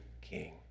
King